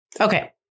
Okay